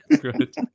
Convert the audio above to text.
Good